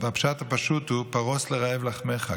הפשט הפשוט הוא "פָרֹס לרעב לחמך".